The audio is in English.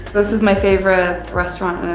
this is my favorite restaurant,